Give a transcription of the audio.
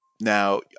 Now